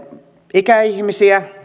ikäihmisiä